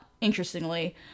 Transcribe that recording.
interestingly